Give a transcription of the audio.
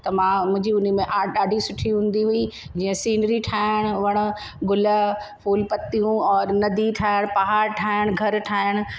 त मां मुंहिंजी हुन में आट ॾाढी सुठी हूंदी हुई जीअं सीनरी ठाहिण वण गुल फुलपतियूं और नदी ठाहिण पहाड़ ठाहिण घर ठाहिण